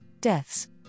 deaths